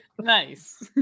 nice